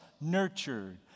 nurtured